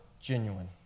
genuine